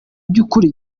by’ukuri